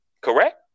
Correct